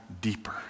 deeper